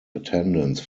attendance